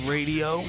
Radio